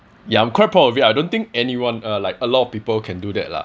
yeah I'm quite proud of it I don't think anyone uh like a lot of people can do that lah